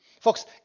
Folks